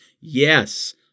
Yes